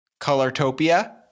Colortopia